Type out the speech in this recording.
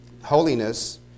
holiness